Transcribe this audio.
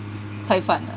菜饭 ah